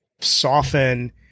soften